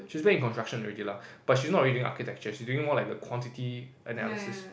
she's back in construction already lah but she's not really an architecture she's doing more like a quantity analysis